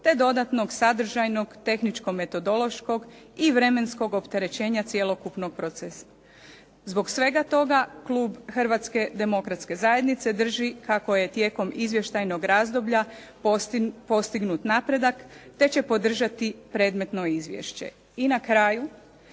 te dodatnog sadržajnog, tehničko-metodološkog i vremenskog opterećenja cjelokupnog procesa. Zbog svega toga, klub Hrvatske demokratske zajednice drži kako je tijekom izvještajnog razdoblja postignut napredak te će podržati predmetno izvješće. I na kraju,